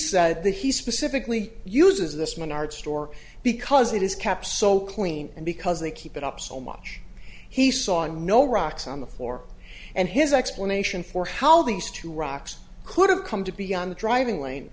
said that he specifically uses this minard store because it is caps so clean and because they keep it up so much he saw and no rocks on the floor and his explanation for how these two rocks could have come to be on the driving lane